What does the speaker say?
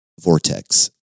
vortex